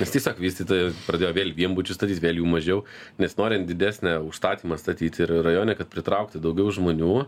nes tiesiog vystytojai pradėjo vėl vienbučius statyt vėl jų mažiau nes norint didesnę užstatymą statyti ir rajone kad pritraukti daugiau žmonių